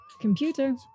Computer